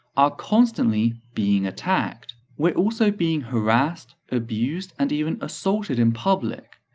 are constantly being attacked. we're also being harassed, abused, and even assaulted in public.